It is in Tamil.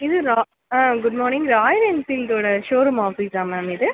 இது ரா ஆ குட் மார்னிங் ராயல் என்ஃபீல்டோட ஷோ ரூம் ஆஃபீஸா மேம் இது